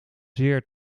zeer